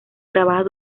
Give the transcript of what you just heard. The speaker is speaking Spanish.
grabadas